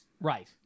Right